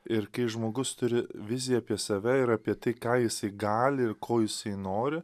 ir kai žmogus turi viziją apie save ir apie tai ką jisai gali ir ko jis nori